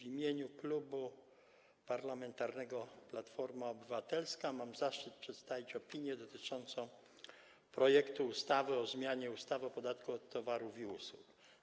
W imieniu Klubu Parlamentarnego Platforma Obywatelska mam zaszczyt przedstawić opinię dotyczącą projektu ustawy o zmianie ustawy o podatku od towarów i usług.